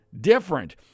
different